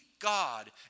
God